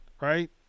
right